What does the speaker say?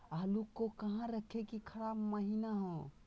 आलू को कहां रखे की खराब महिना हो?